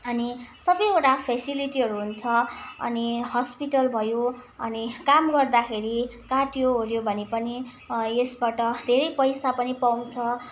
अनि सबैवटा फेसिलिटीहरू हुन्छ अनि हस्पिटल भयो अनि काम गर्दाखेरि काट्यो ओऱ्यो भने पनि यसबाट धेरै पैसा पनि पाउँछ